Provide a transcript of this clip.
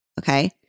okay